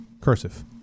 Cursive